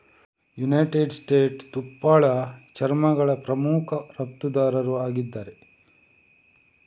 United States ತುಪ್ಪಳ ಚರ್ಮಗಳ ಪ್ರಮುಖ ರಫ್ತುದಾರರು ಆಗಿದ್ದಾರೆ